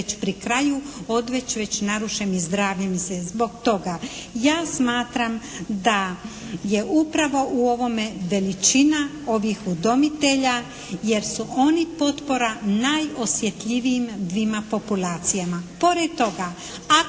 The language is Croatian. već pri kraju. Odveć već narušeni zdravljem i sve. Zbog toga ja smatram da je upravo u ovome veličina ovih udomitelja jer su oni potpora najosjetljivijim dvima populacijama.